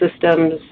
Systems